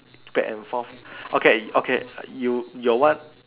back and forth okay okay you your one